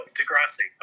Degrassi